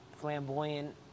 flamboyant